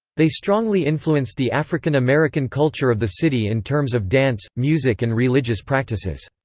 they strongly influenced the african-american culture of the city in terms of dance, music and religious practices.